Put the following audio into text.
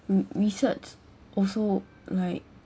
mm research also like